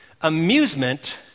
Amusement